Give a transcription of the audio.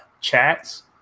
chats